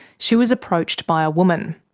she was approached by a woman.